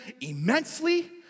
immensely